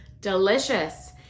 delicious